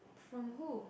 from who